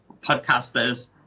podcasters